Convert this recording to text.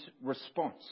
response